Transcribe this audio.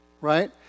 right